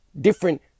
Different